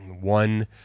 one